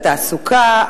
התעסוקה,